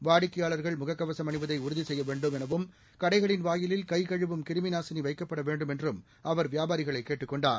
வாடிக்கையாளர்கள் முகக்கவசம் அணிவதை உறுதி செய்ய வேண்டும் எனவும் கடைகளின் வாயிலில் கைகழுவும் கிருமி நாசினி வைக்கப்பட வேண்டும் என்றும் அவர் வியாபாரிகளை கேட்டுக் கொண்டார்